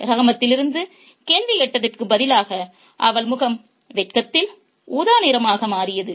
ரஹாமத்திலிருந்து கேள்வி கேட்டதற்கு பதிலாக அவள் முகம் வெட்கத்தில் ஊதா நிறமாக மாறியது